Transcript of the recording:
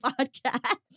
podcast